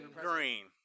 Green